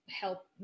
help